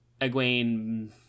Egwene